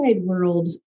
world